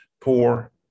poor